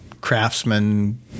craftsman